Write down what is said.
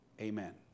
Amen